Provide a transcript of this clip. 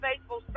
faithful